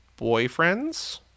boyfriends